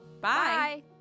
Bye